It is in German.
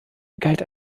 galt